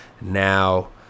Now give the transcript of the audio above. now